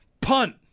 Punt